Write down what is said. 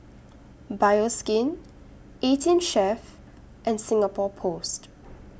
Bioskin eighteen Chef and Singapore Post